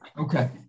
Okay